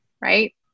right